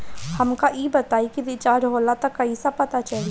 हमका ई बताई कि रिचार्ज होला त कईसे पता चली?